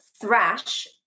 thrash